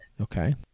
Okay